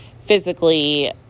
physically